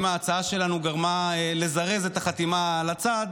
אם ההצעה שלנו גרמה לזרז את החתימה על הצעד,